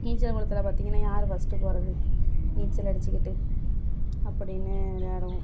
நீச்சல் குளத்தில் பார்த்தீங்கன்னா யார் ஃபர்ஸ்ட் போகிறது நீச்சல் அடிச்சுக்கிட்டு அப்படின்னு விளையாடுவோம்